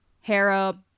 Hera